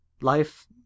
life